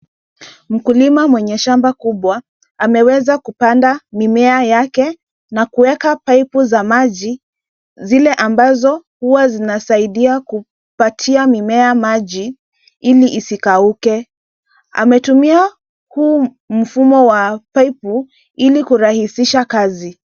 Mkulima mwenye shamba kubwa ameweza kupanda mimea yake na kuweka paipu za maji zile ambazo huwa zinasaidia kupatia mimea maji ili isikauke. Ametumia huu mfumo wa paipu ili kurahisisha kazi.